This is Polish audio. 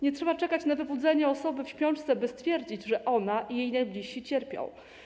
Nie trzeba czekać na wybudzenie osoby w śpiączce, by stwierdzić, że ona i jej najbliżsi cierpią.